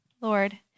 Lord